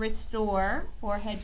restore forehead